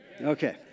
Okay